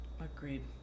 Agreed